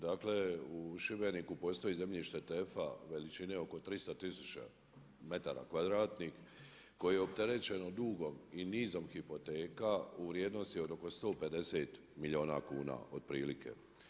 Dakle, u Šibeniku postoji zemljište TEF-a veličine oko 300 tisuća metara kvadratnih koji je opterećenom dugom i nizom hipoteka u vrijednosti od oko 150 milijuna kuna otprilike.